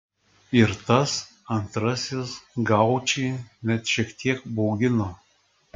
ir tas antrasis gaučį net šiek tiek baugino